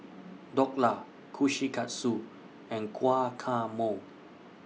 Dhokla Kushikatsu and Guacamole